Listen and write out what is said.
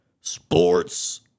Sports